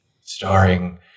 starring